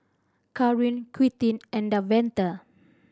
Caron Quintin and Davante